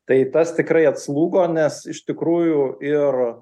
tai tas tikrai atslūgo nes iš tikrųjų ir